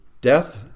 death